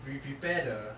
we prepare the